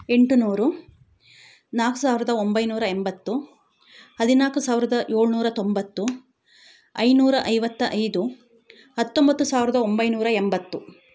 ಎಂಟುನೂರು ನಾಲ್ಕು ಸಾವಿರದ ಒಂಬೈನೂರ ಎಂಬತ್ತು ಹದಿನಾಲ್ಕು ಸಾವಿರದ ಏಳ್ನೂರ ತೊಂಬತ್ತು ಐನೂರ ಐವತ್ತ ಐದು ಹತ್ತೊಂಬತ್ತು ಸಾವಿರದ ಒಂಬೈನೂರ ಎಂಬತ್ತು